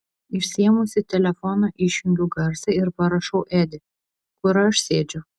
išsiėmusi telefoną išjungiu garsą ir parašau edi kur aš sėdžiu